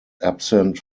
absent